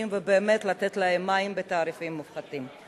ובאמת לתת להם מים בתעריפים מופחתים.